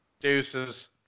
Deuces